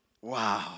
Wow